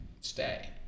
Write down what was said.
stay